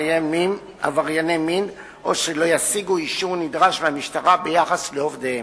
עברייני מין או שלא ישיגו אישור נדרש מהמשטרה ביחס לעובדיהם.